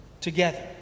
together